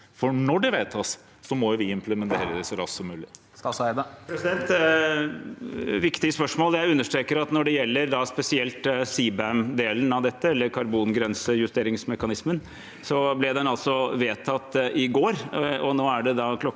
når de vedtas, må vi implementere så raskt som mulig.